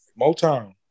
motown